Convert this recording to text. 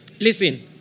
Listen